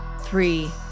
three